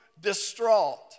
distraught